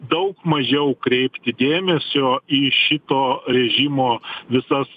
daug mažiau kreipti dėmesio į šito režimo visas